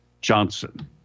Johnson